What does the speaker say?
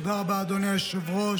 תודה רבה, אדוני היושב-ראש.